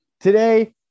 Today